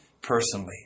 personally